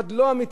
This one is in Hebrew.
לא שרוצים,